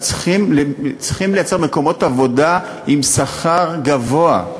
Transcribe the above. צריכים לייצר מקומות עבודה עם שכר גבוה.